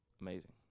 Amazing